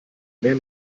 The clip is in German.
mehr